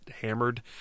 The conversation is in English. hammered